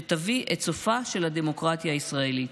שתביא את סופה של הדמוקרטיה הישראלית.